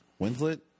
winslet